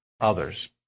others